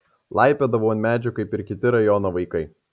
laipiodavau ant medžių kaip ir kiti rajono vaikai